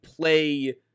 play